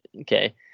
Okay